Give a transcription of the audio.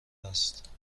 است